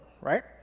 right